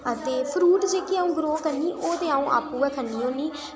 अते फरूट जेह्के अ'ऊं ग्रो करनी ओह् ते अ'ऊं आपू गै खन्नी होन्नी